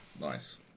nice